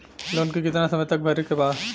Loan के कितना समय तक मे भरे के बा?